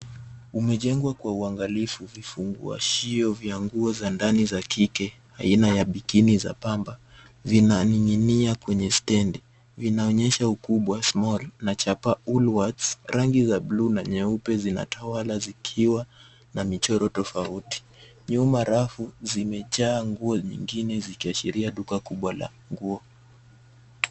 Umejengwa kwa uangalifu vifunguashio vya nguo za ndani za kike aina ya bikini za pamba. Zinaning'inia kwenye stendi vinaonyesha ukubwa[ small] na chapa[ wool words ]rangi za buluu na nyeupe zinatawala zikiwa na michoro tofauti. Nyuma rafu zimejaa nguo nyingine zikiashiria duka kubwa la nguo.